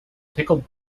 pickled